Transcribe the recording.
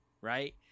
Right